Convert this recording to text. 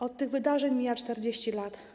Od tych wydarzeń mija 40 lat.